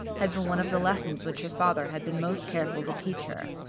had been one of the lessons which her father had been most careful to teach her.